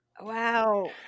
Wow